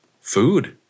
food